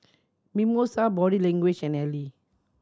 Mimosa Body Language and Elle